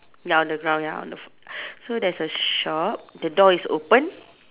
ya on the ground ya on the floor so there's a shop the door is open